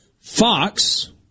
Fox